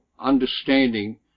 understanding